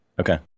Okay